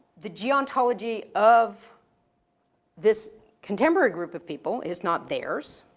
the geontology of this contemporary group of people is not theirs,